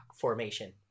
formation